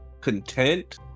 content